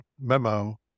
memo